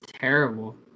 terrible